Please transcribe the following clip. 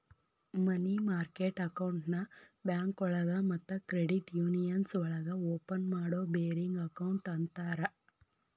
ಮನಿ market ಅಕೌಂಟ್ನ ಬ್ಯಾಂಕೋಳಗ ಮತ್ತ ಕ್ರೆಡಿಟ್ ಯೂನಿಯನ್ಸ್ ಒಳಗ ಓಪನ್ ಮಾಡೋ ಬೇರಿಂಗ್ ಅಕೌಂಟ್ ಅಂತರ